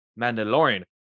Mandalorian